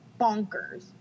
bonkers